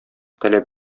таләп